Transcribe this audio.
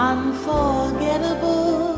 Unforgettable